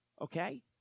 okay